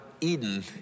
Eden